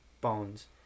bones